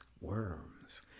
worms